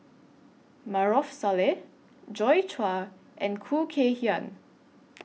Maarof Salleh Joi Chua and Khoo Kay Hian